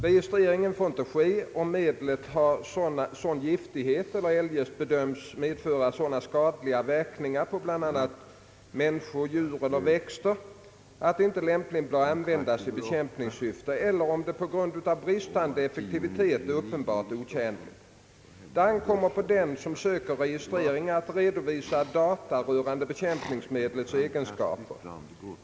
Registrering får inte ske om medlet har sådan giftighet eller eljest bedöms medföra sådan skadlig verkan på bl.a. människor, djur eller växter, att det inte lämpligen bör användas i bekämpningssyfte, eller om det på grund av bristande effektivitet är uppenbart otjänligt. Det ankommer på den som söker registrering att redovisa data rörande bekämpningsmedlets egenskaper.